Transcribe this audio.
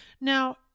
Now